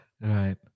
right